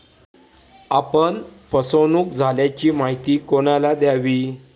आपण फसवणुक झाल्याची माहिती कोणाला द्यावी?